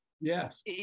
Yes